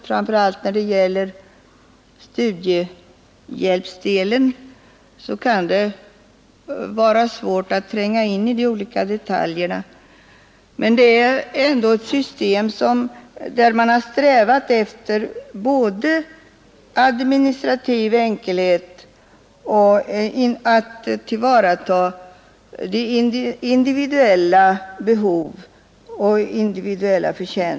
Framför allt när det gäller studiehjälpsdelen kan det vara svårt att tränga in i de olika detaljerna, men det är ändå ett system där man både har strävat efter administrativ enkelhet och efter att tillgodose individuella behov.